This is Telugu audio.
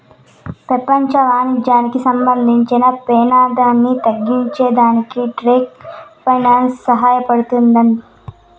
పెపంచ వాణిజ్యానికి సంబంధించిన పెమాదాన్ని తగ్గించే దానికి ట్రేడ్ ఫైనాన్స్ సహాయపడతాది